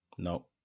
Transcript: No